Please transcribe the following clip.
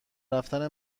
رفتن